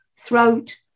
throat